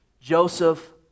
Joseph